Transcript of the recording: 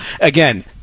again